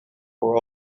for